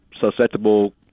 susceptible